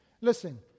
Listen